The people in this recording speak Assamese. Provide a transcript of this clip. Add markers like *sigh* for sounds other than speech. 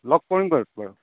লগ কৰিম *unintelligible*